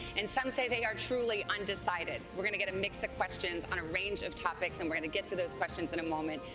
and some say they are truly undecided. we're going to get a mix of questions on a range of topics and we're going to get to those questions in a moment.